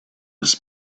his